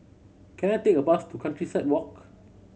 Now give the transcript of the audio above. can I take a bus to Countryside Walk